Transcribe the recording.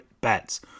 Bets